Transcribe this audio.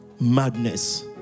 madness